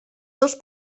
dos